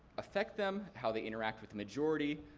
affect them, how they interact with the majority.